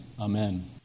amen